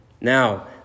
Now